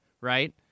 Right